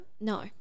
No